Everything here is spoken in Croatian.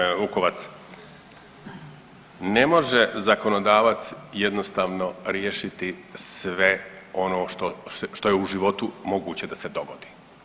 Kolegice Vukovac, ne može zakonodavac jednostavno riješiti sve ono što je u životu moguće da se dogodi.